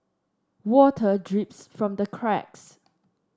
water drips from the cracks